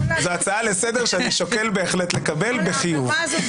זו הצעה לסדר שאני שוקל בהחלט לקבל בחיוב.